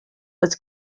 was